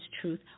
truth